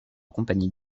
compagnie